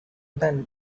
then